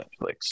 Netflix